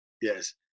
Yes